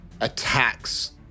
attacks